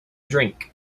drink